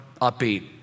upbeat